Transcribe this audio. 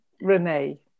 Renee